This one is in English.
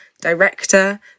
director